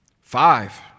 Five